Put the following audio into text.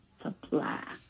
supply